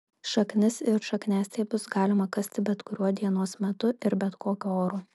šaknis ir šakniastiebius galima kasti bet kuriuo dienos metu ir bet kokiu oru